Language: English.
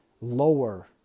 lower